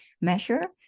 measure